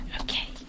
Okay